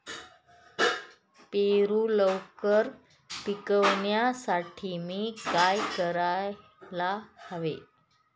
पेरू लवकर पिकवण्यासाठी मी काय करायला हवे?